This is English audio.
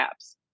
apps